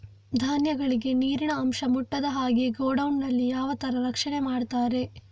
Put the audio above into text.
ಧಾನ್ಯಗಳಿಗೆ ನೀರಿನ ಅಂಶ ಮುಟ್ಟದ ಹಾಗೆ ಗೋಡೌನ್ ನಲ್ಲಿ ಯಾವ ತರ ರಕ್ಷಣೆ ಮಾಡ್ತಾರೆ?